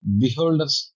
beholder's